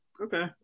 Okay